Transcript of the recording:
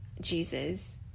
Jesus